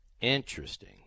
Interesting